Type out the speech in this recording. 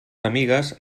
amigues